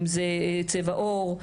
אם לפי צבע עור.